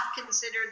considered